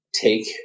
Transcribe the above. take